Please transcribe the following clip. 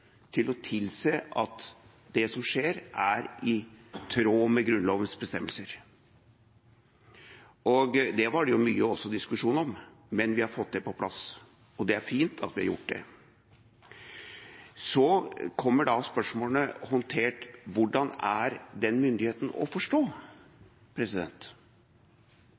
til å tilse at det som skjer, er i tråd med Grunnlovens bestemmelser. Det var det også mye diskusjon om, men vi har fått det på plass. Det er fint at vi har gjort det. Så kommer spørsmålet: Hvordan er den myndigheten å forstå?